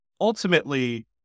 ultimately